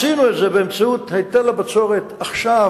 עשינו את זה באמצעות היטל הבצורת עכשיו,